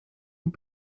und